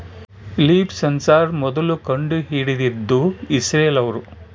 leaf sensor ಮೊದ್ಲು ಕಂಡು ಹಿಡಿದಿದ್ದು ಇಸ್ರೇಲ್ ಅವ್ರು